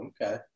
Okay